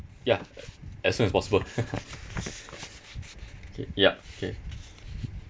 ya as soon as possible okay ya okay